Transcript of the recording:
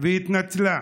והתנצלה.